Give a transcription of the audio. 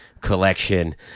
collection